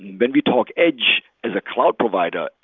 when we talk edge as a cloud provider,